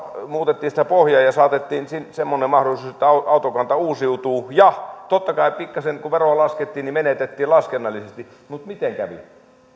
sitä autoveron pohjaa ja saatiin semmoinen mahdollisuus että autokanta uusiutuu ja totta kai kun veroa pikkasen laskettiin niin menetettiin laskennallisesti mutta miten kävi